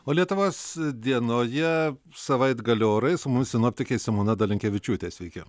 o lietuvos dienoje savaitgalio orai su mumis sinoptikė simona dalinkevičiūtė sveiki